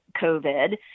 COVID